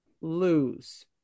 lose